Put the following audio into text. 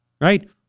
right